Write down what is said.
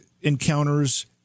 encounters